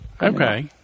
Okay